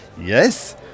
yes